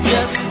Yes